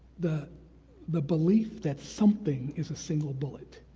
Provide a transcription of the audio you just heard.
the the belief that something is a single bullet.